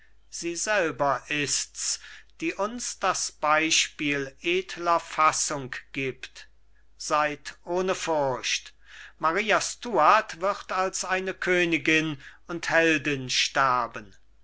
sie selber ist's die uns das beispiel edler fassung gibt seid ohne furcht maria stuart wird als eine königin und heldin sterben